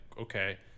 okay